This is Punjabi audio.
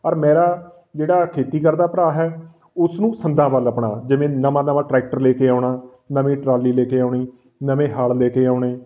ਔਰ ਮੇਰਾ ਜਿਹੜਾ ਖੇਤੀ ਕਰਦਾ ਭਰਾ ਹੈ ਉਸ ਨੂੰ ਸੰਦਾਂ ਵੱਲ ਆਪਣਾ ਜਿਵੇਂ ਨਵਾਂ ਨਵਾਂ ਟਰੈਕਟਰ ਲੈ ਕੇ ਆਉਣਾ ਨਵੀਂ ਟਰਾਲੀ ਲੈ ਕੇ ਆਉਣੀ ਨਵੇਂ ਹਲ ਲੈ ਕੇ ਆਉਣੇ